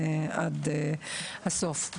איתה עד הסוף.